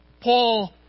Paul